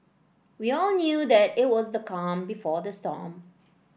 we all knew that it was the calm before the storm